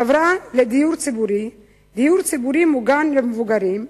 חברה לדיור ציבורי ודיור ציבורי מוגן למבוגרים,